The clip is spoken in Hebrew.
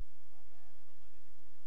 אחידה לכלל הרופאים ללא כל שיפור במערכת הבריאות,